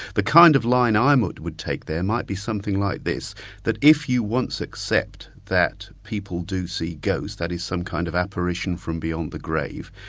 the kind of line i would take there might be something like this that if you once accept that people do see ghosts, that is, some kind of apparition from beyond the grave,